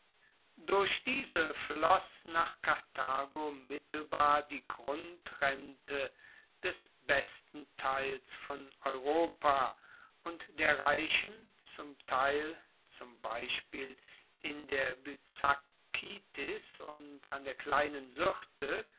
durch diese floss nach karthago mittelbar die grundrente des besten teils von europa und der reichen zum teil zum beispiel in der byzakitis und an der kleinen syrte